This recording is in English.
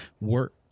work